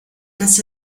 des